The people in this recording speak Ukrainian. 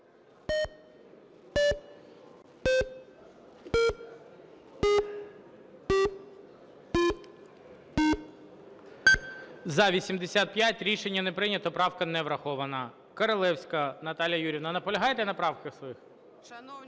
За-85 Рішення не прийнято. Правка не врахована. Королевська Наталія Юріївна. Наполягаєте на правках своїх?